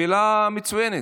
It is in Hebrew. שאלה מצוינת.